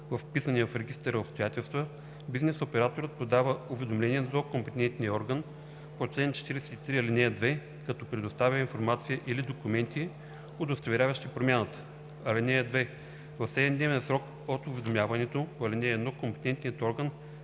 вписани в регистъра обстоятелства бизнес операторът подава уведомление до компетентния орган по чл. 43, ал. 2, като предоставя информация или документи, удостоверяващи промяната. (2) В 7-дневен срок от уведомяването по ал. 1 компетентният орган